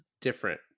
different